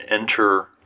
enter